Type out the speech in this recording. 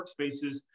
workspaces